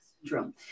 syndrome